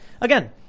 again